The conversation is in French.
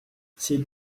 ces